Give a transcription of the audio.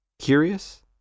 curious